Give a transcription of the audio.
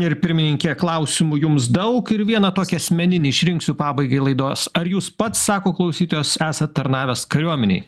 ir pirmininke klausimų jums daug ir vieną tokį asmeninį išrinksiu pabaigai laidos ar jūs pats sako klausytojas esat tarnavęs kariuomenėj